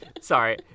sorry